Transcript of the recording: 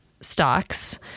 stocks